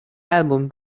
album